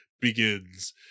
begins